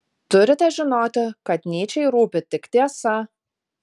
turite žinoti kad nyčei rūpi tik tiesa